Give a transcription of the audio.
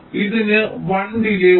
ഇതിന് 1 ഡിലേയ് ഉണ്ട്